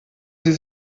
sie